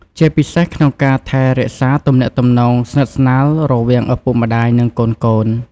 ជាពិសេស ក្នុងការថែរក្សាទំនាក់ទំនងស្និទ្ធស្នាលរវាងឪពុកម្ដាយ និងកូនៗ។